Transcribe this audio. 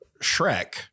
Shrek